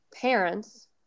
parents